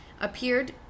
appeared